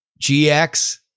gx